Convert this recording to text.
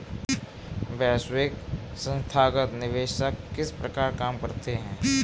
वैश्विक संथागत निवेशक किस प्रकार काम करते हैं?